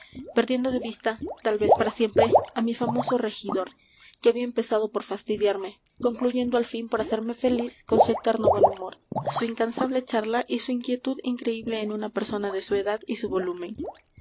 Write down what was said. perdiendo de vista tal vez para siempre á mi famoso regidor que había empezado por fastidiarme concluyendo al fin por hacerme feliz con su eterno buen humor su incansable charla y su inquietud increíble en una persona de su edad y su volumen